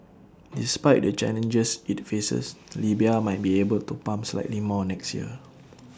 despite the challenges IT faces Libya might be able to pump slightly more next year